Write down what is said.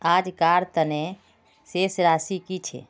आजकार तने शेष राशि कि छे?